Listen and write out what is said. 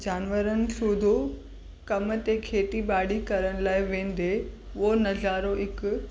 जानवरनि सूधो कम ते खेती बाड़ी करण लाइ वेंदे उहो नज़ारो इकु